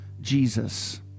Jesus